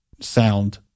sound